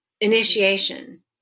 initiation